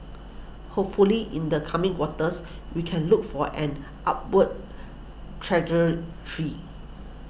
hopefully in the coming quarters we can look for an upward trajectory